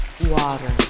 Water